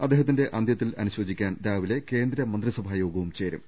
അദ്ദേഹത്തിന്റെ അന്തൃ ത്തിൽ അനുശോചിക്കാൻ രാവിലെ കേന്ദ്രമന്ത്രിസഭാ യോഗവും ചേരും